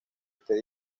este